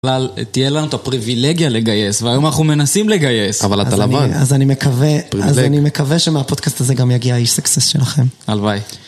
בכלל, תהיה לנו את הפריבילגיה לגייס, והיום אנחנו מנסים לגייס, אבל אתה לבד. אז אני מקווה, אז אני מקווה שמהפודקאסט הזה גם יגיע אי-סקסס שלכם. הלוואי.